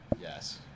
Yes